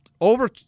over